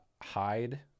hide